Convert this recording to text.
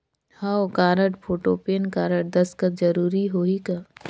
हव card, photo, PAN card, दस्खत जरूरी होही का?